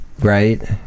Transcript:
Right